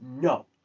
no